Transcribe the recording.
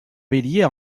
bélier